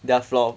their floor